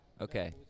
Okay